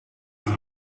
ice